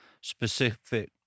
specific